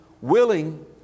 willing